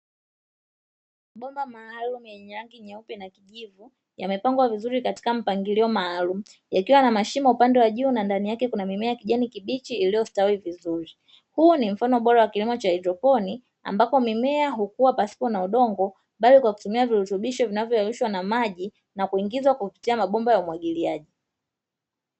Mabomba maalumu yenye rangi nyeupe na kijivu, yamepangwa vizuri katika mpangilio maalumu yakiwa na mashimo upande wa juu na ndani yake kuna mimea ya kijani kibichi iliyostawi vizuri. Huu ni mfano bora wa kilimo cha haidroponi, ambapo mimea hukuwa pasipo na udongo bali kwa kutumia virutubisho vinavyoyeyushwa na maji na kuingizwa kupitia mabomba ya umwagiliaji.